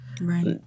right